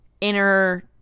inner